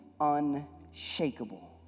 unshakable